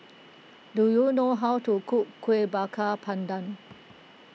do you know how to cook Kueh Bakar Pandan